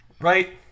Right